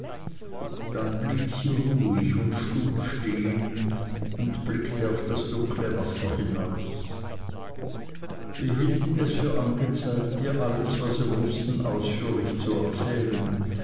dann blieb sie ruhig und stumm stehen und blickte auf das dunkle wasser hinaus wir hielten es für angezeigt ihr alles was wir wußten ausführlich zu erzählen